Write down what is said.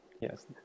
Yes